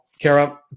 Kara